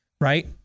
right